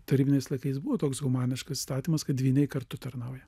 tarybiniais laikais buvo toks humaniškas įstatymas kad dvyniai kartu tarnauja